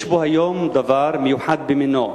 יש היום דבר מיוחד במינו,